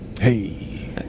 Hey